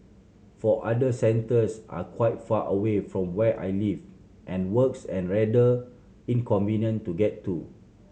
for other centres are quite far away from where I live and works and rather inconvenient to get to